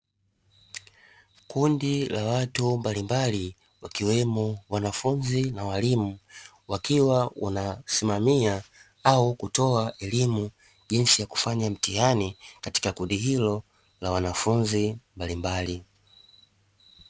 Kundi la watu mbalimbali wakiwemo wanafunzi na walimu, wakiwa unasimamia au kutoa elimu jinsi ya kufanya mtihani katika kundi hilo la wanafunzi mbalimbali.